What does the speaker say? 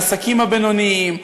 לעסקים הבינוניים,